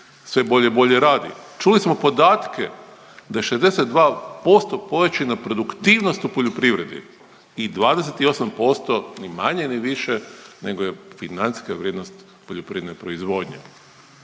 sve bolje i bolje radiju. Čuli smo podatke da je 62% povećana produktivnost u poljoprivredi i 28% ni manje ni više nego je financijska vrijednost poljoprivredne proizvodnje.